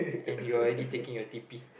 and you are already taking your t_p